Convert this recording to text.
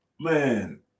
man